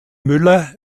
müller